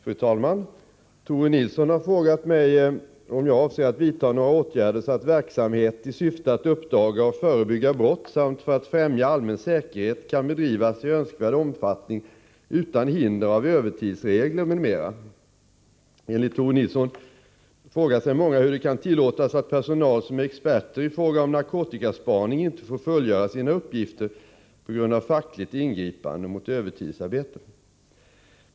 Fru talman! Tore Nilsson har frågat mig om jag avser att vidta några åtgärder så att verksamhet i syfte att uppdaga och förebygga brott samt för att främja allmän säkerhet kan bedrivas i önskvärd omfattning utan hinder av övertidsregler m.m. Enligt Tore Nilsson frågar sig många hur det kan tillåtas att personal som är experter i fråga om narkotikaspaning inte får fullgöra sina uppgifter på grund av fackligt ingripande mot övertidsarbete.